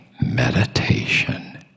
meditation